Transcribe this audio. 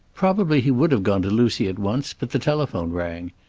probably he would have gone to lucy at once, but the telephone rang.